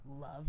love